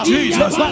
Jesus